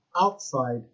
outside